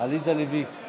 גם השר אזולאי לא נמצא.